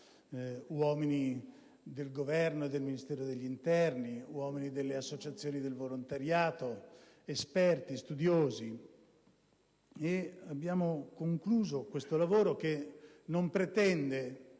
in particolare del Ministero dell'interno, delle associazioni di volontariato, esperti, studiosi. Abbiamo concluso questo lavoro, che non pretende